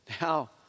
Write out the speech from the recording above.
Now